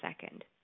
second